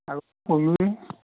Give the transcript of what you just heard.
আৰু কলোঁৱে